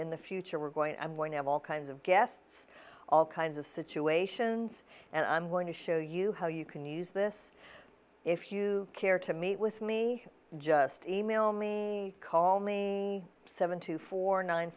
in the future we're going to i'm going to have all kinds of guests all kinds of situations and i'm going to show you how you can use this if you care to meet with me just e mail me call me seven to four nine